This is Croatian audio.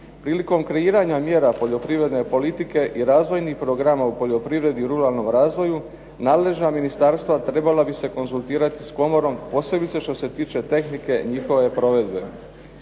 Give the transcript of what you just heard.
Prilikom kreiranja mjera poljoprivredne politike i razvojnih programa u poljoprivredi i ruralnom razvoju, nadležna ministarstva trebala bi se konzultirati s komorom posebice što se tiče tehnike njihove provedbe.